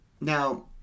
Now